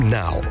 now